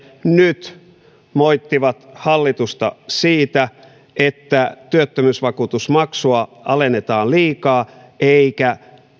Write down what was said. nyt moittivat hallitusta siitä että työttömyysvakuutusmaksua alennetaan liikaa eikä